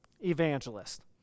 evangelist